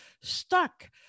stuck